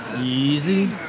Easy